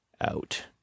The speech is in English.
out